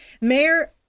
Mayor